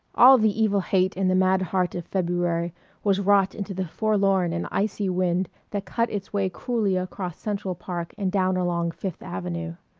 all the evil hate in the mad heart of february was wrought into the forlorn and icy wind that cut its way cruelly across central park and down along fifth avenue.